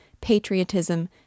patriotism